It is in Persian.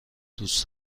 دوست